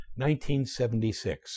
1976